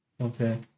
Okay